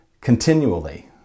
continually